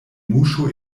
muŝo